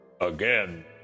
Again